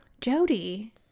jody